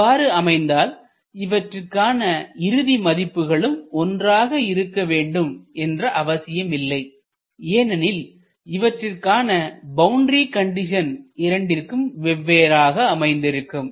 இவ்வாறு அமைந்ததால் இவற்றிற்கான இறுதி மதிப்புகளும் ஒன்றாக இருக்க வேண்டும் என்ற அவசியமில்லை ஏனெனில் இவற்றிற்கான பவுண்டரி கண்டிஷன் இரண்டிற்கும் வெவ்வேறாக அமைந்திருக்கும்